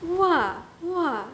!wah! !wah!